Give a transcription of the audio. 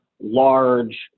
large